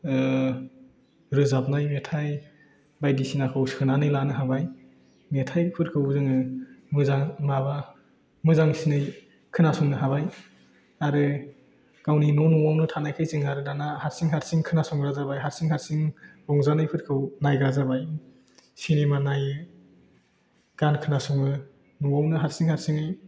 रोजाबनाय मेथाइ बायदिसिनाफोरखौ सोनानै लानो हाबाय मेथाइफोरखौबो जोङो मोजां माबा मोजांसिनै खोनासंनो हाबाय आरो गावनि न' न'आवनो थानायखाय जों आरो दाना हारसिं हारसिं खोनासंग्रा जाबाय हारसिं हारसिं रंजानायफोरखौ नायग्रा जाबाय सिनेमा नायो गान खोनासङो न'आवनो हारसिं हारसिङै